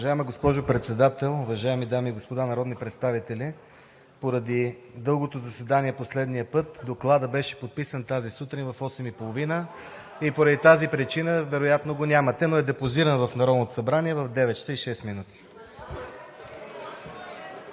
Уважаема госпожо Председател, уважаеми дами и господа народни представители! Поради дългото заседание последния път Докладът беше подписан тази сутрин в 8,30 ч. и поради тази причина вероятно го нямате, но е депозиран в Народното събрание в 9,06